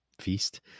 Feast